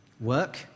Work